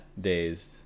days